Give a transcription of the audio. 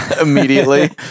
immediately